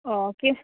অঁ কে